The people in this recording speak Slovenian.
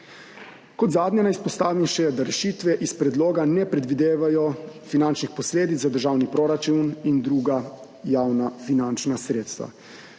Kot zadnje naj izpostavim še, da rešitve iz predloga ne predvidevajo finančnih posledic za državni proračun in druga javna finančna sredstva.